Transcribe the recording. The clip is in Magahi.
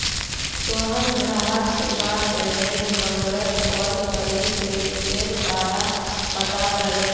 सोहन ग्राहक सेवा केंद्ररेर नंबरत कॉल करे क्रेडिटेर बारा पता करले